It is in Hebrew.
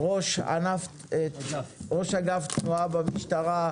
ראש אגף תנועה במשטרה,